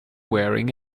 wearing